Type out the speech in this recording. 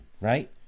right